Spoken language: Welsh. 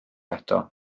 eto